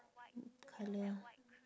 colour